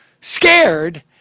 scared